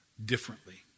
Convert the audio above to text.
Differently